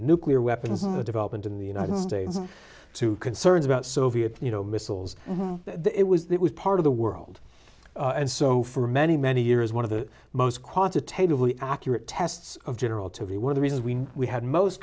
nuclear weapons development in the united states to concerns about soviet missiles it was part of the world and so for many many years one of the most quantitatively accurate tests of general to be one of the reasons we we had most